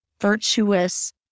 virtuous